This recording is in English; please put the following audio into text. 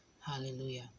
Hallelujah